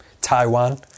Taiwan